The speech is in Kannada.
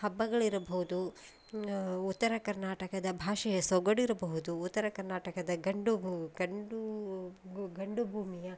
ಹಬ್ಬಗಳು ಇರಬಹುದು ಉತ್ತರ ಕರ್ನಾಟಕದ ಭಾಷೆಯ ಸೊಗಡಿರಬಹುದು ಉತ್ತರ ಕರ್ನಾಟಕದ ಗಂಡು ಹೂ ಗಂಡು ಗು ಗಂಡು ಭೂಮಿಯ